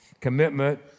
commitment